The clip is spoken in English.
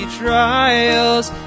trials